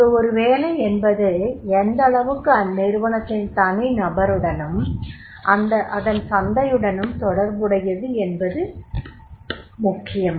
இங்கு ஒரு வேலை என்பது எந்தளவுக்கு அந்நிறுவனத்தின் தனிநபருடனும் அதன் சந்தையுடனும் தொடர்புடையது என்பது முக்கியம்